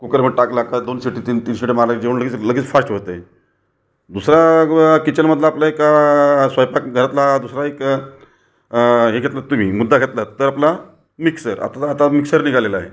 कुकरवर टाकला का दोन शिटी तीन तीन शिट्या मारल्या की जेवण लगेच लगेच फास्ट होतंय दुसरा किचनमधला आपला एक स्वयंपाकघरातला दुसरा एक हे घेतलंत तुम्ही मुद्दा घेतला तर आपला मिक्सर आपला आता मिक्सर निघालेला आहे